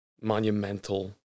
monumental